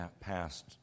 past